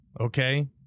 Okay